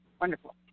Wonderful